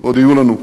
ועוד יהיו לנו.